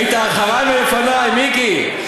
היית לפני ואחרי, מיקי.